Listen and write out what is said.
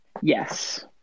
Yes